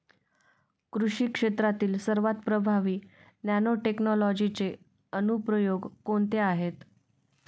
कृषी क्षेत्रातील सर्वात प्रभावी नॅनोटेक्नॉलॉजीचे अनुप्रयोग कोणते आहेत?